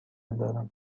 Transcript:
دارم